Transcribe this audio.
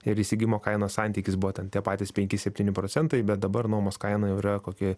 ir įsigijimo kainos santykis buvo ten tie patys penki septyni procentai bet dabar nuomos kaina jau yra kokie